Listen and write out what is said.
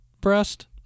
breast